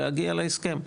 להגיע להסכם.